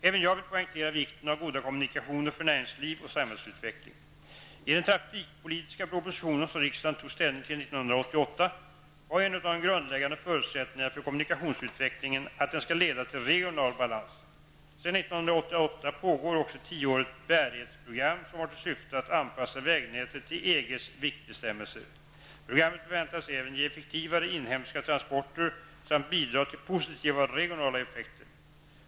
Även jag vill poängtera vikten av goda kommunikationer för näringsliv och samhällsutveckling. I den trafikpolitiska proposition som riksdagen tog ställning till 1988 var en av de grundläggande förutsättningarna för kommunikationsutvecklingen att den skall leda till regional balans. Sedan 1988 pågår också ett tioårigt bärighetsprogram som har till syfte att anpassa vägnätet till EGs viktbestämmelser. Programmet förväntas även ge effektivare inhemska transporter samt bidra till positiva regionala effekter.